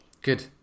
Good